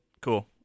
Cool